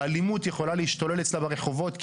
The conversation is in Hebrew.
האלימות יכולה להשתולל אצלה ברחובות,